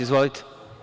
Izvolite.